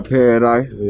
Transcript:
Paradise